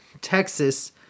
Texas